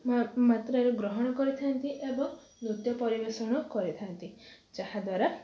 ମା ମାତ୍ରାରେ ଗ୍ରହଣ କରିଥାନ୍ତି ଏବଂ ନୃତ୍ୟ ପରିବେଷଣ କରିଥାନ୍ତି ଯାହା ଦ୍ୱାରା